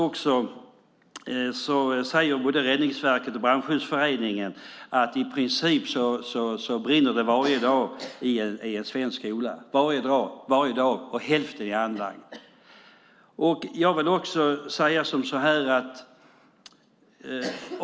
Både Räddningsverket och Brandskyddsföreningen säger att det i princip brinner varje dag i någon svensk skola och att hälften av bränderna är anlagda.